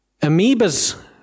Amoebas